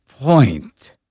point